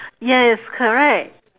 yes correct